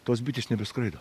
tos bitės nebeskraido